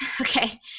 Okay